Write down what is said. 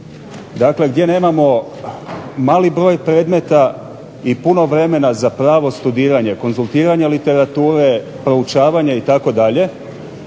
dakle gdje nemamo mali broj predmeta i puno vremena za pravo studiranje, konzultiranje literature, proučavanje itd.